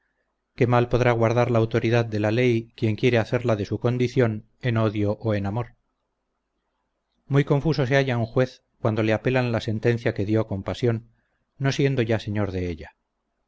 que mal podrá guardar la autoridad de la ley quien quiere hacerla de su condición en odio o en amor muy confuso se halla un juez cuando le apelan la sentencia que dió con pasión no siendo ya señor de ella